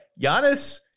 Giannis